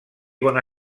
bona